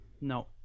no